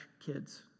kids